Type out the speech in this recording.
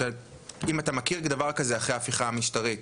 אם אתה מכיר דבר כזה אחרי ההפיכה המשטרית